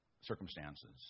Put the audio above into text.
circumstances